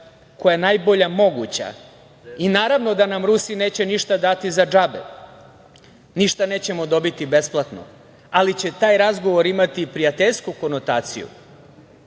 koja je najbolja moguća. Naravno, da nam Rusi neće ništa dati za džabe. Ništa nećemo dobiti besplatno, ali će taj razgovor imati prijateljsku konotaciju